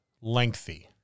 lengthy